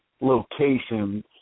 locations